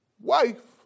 wife